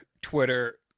twitter